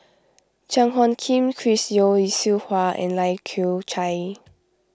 Cheang Hong Kim Chris Yeo Siew Hua and Lai Kew Chai